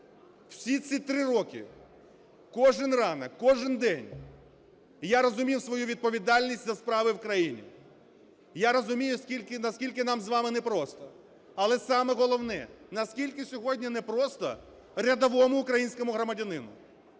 Всі ці три роки, кожен ранок, кожен день я розумів свою відповідальність за справи в країні. Я розумію, наскільки нам з вами непросто, але, саме головне, наскільки сьогодні непросто рядовому українському громадянину.